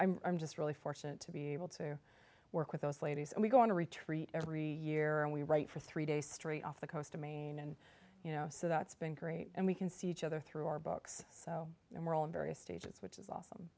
yeah i'm just really fortunate to be able to work with those ladies and we go on a retreat every year and we write for three days straight off the coast of maine and you know so that's been great and we can see each other through our books so we're all in various stages which is awesome